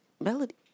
Melody